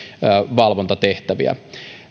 valvontatehtäviin